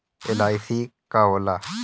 LIC का होला?